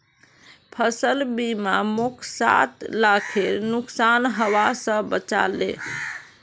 फसल बीमा मोक सात लाखेर नुकसान हबा स बचा ले